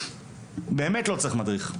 באמת לא צריך מדריך.